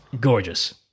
Gorgeous